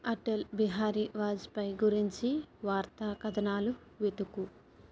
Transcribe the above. అటల్ బిహారీ వాజపాయ్ గురించి వార్తా కథనాలు వెతుకు